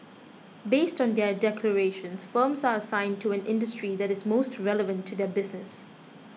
based on their declarations firms are assigned to an industry that is most relevant to their business